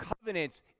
covenants